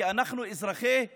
כי אנחנו אזרחי המדינה.